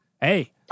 Hey